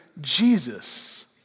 Jesus